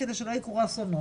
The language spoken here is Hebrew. כדי שלא יהיו אסונות